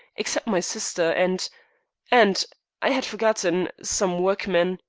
except my sister and and i had forgotten some workmen.